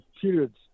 periods